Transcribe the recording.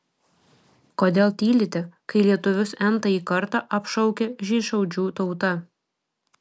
kodėl tylite kai lietuvius n tąjį kartą apšaukia žydšaudžių tauta